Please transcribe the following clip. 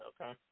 okay